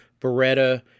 beretta